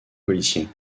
policiers